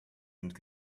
and